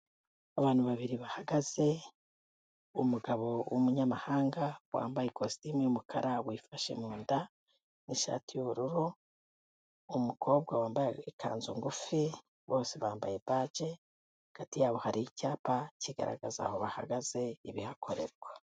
Abantu babiri bahagaze, umugabo w'umunyamahanga, wambaye ikositimu y'umukara wifashe munda n'ishati y'ubururu, umukobwa wambaye ikanzu ngufi bose bambaye baji, hagati yabo hari icyapa kigaragaza aho bahagaze ibihakorerwa.